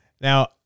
now